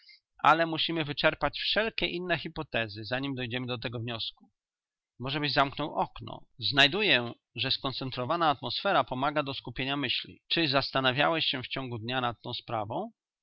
ale musimy wyczerpać wszelkie inne hypotezy zanim dojdziemy do tego wniosku możebyś zamknął okno znajduję że skoncentrowana atmosfera pomaga do skupienia myśli czy zastanawiałeś się w ciągu dnia nad tą sprawą